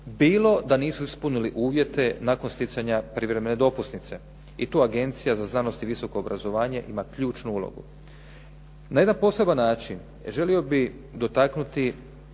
bilo da nisu ispunili uvjete nakon stjecanja privremene dopusnice. I tu Agencija za znanost i visoko obrazovanje ima ključnu ulogu. Na jedan poseban način želio bih dotaknuti